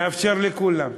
נאפשר לכולם.